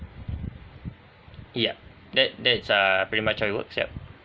yup that that's err pretty much it works yup